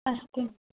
अस्तु